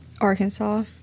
arkansas